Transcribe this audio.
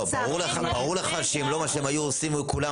ברור לך שאם לא מה שהיו עושים מול כולם,